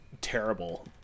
terrible